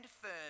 firm